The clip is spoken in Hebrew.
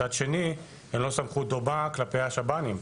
מצד שני אין לו סמכות דומה כלפי השב"נים.